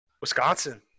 Wisconsin